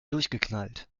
durchgeknallt